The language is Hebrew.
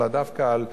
אלא דווקא על הגבינה,